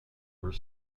were